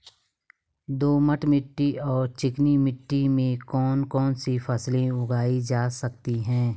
दोमट मिट्टी और चिकनी मिट्टी में कौन कौन सी फसलें उगाई जा सकती हैं?